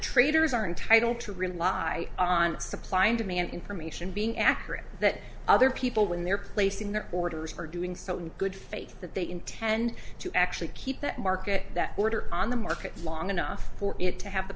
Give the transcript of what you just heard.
traders are entitled to rely on supply and demand information being accurate that other people when they're placing their orders for doing so in good faith that they intend to actually keep that market that order on the market long enough for it to have the